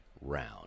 round